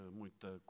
muita